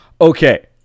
Okay